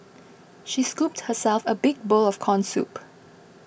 she scooped herself a big bowl of Corn Soup